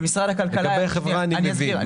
לגבי החברה אני מבין.